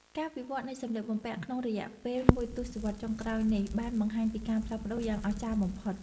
ការវិវត្តនៃសម្លៀកបំពាក់ក្នុងរយៈពេលមួយទសវត្សរ៍ចុងក្រោយនេះបានបង្ហាញពីការផ្លាស់ប្តូរយ៉ាងអស្ចារ្យបំផុត។